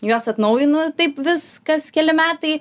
juos atnaujinu taip vis kas keli metai